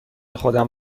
خودم